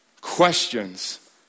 questions